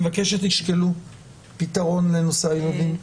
אני מבקש שתשקלו פתרון לנושא הילדים.